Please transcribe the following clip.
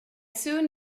soon